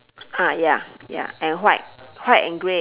ah ya ya and white white and grey